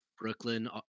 Brooklyn